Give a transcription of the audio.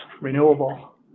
renewable